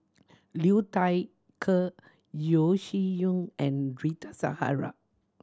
Liu Thai Ker Yeo Shih Yun and Rita Zahara